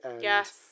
Yes